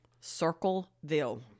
Circleville